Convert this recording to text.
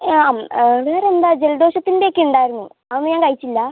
വേറെയെന്താ ജലദോഷത്തിന്റെയൊക്കെ ഉണ്ടായിരുന്നു അന്ന് ഞാൻ കഴിച്ചില്ല